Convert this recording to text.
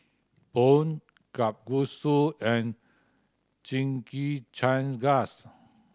Pho Kalguksu and